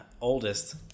oldest